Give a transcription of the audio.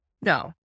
No